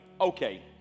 Okay